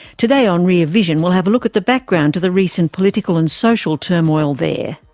today on rear vision we'll have a look at the background to the recent political and social turmoil there.